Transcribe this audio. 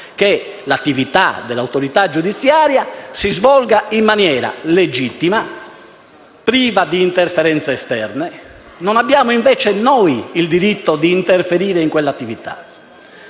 che l'attività dell'autorità giudiziaria si svolga in maniera legittima, priva di interferenze esterne. Non abbiamo, invece, il diritto di interferire in quell'attività.